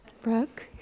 Brooke